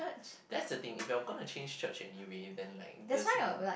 that's a thing if your gonna change church anyway then like does it mean